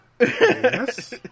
Yes